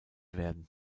werden